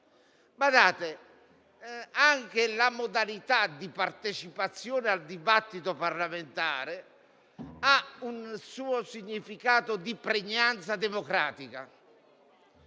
anche la modalità di partecipazione al dibattito parlamentare ha un suo significato di pregnanza democratica.